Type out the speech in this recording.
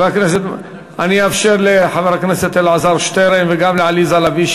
אני אאפשר לחברי הכנסת אלעזר שטרן ועליזה לביא,